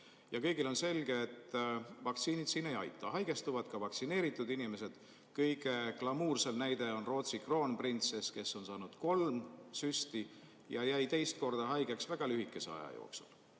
Kõigile on selge, et vaktsiinid siin ei aita, haigestuvad ka vaktsineeritud inimesed. Kõige glamuursem näide on Rootsi kroonprintsess, kes on saanud kolm süsti, aga jäi juba teist korda haigeks ja seda väga lühikese aja jooksul.